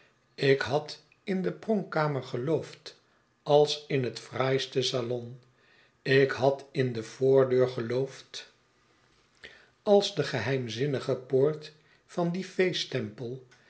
ik had in de pronkkamer geloofd als in het fraaiste salon ik had in de voordeur geloofd als de geheimzinnige ik